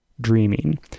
dreaming